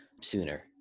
sooner